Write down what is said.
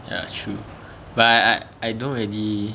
ya true but I I I don't really